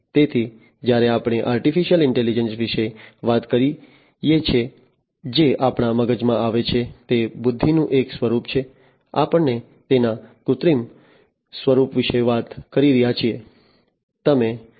તેથી જ્યારે આપણે આર્ટિફિશિયલ ઇન્ટેલિજન્સ વિશે વાત કરીએ છીએ જે આપણા મગજમાં આવે છે તે બુદ્ધિનું એક સ્વરૂપ છે આપણે તેના કૃત્રિમ સ્વરૂપ વિશે વાત કરી રહ્યા છીએ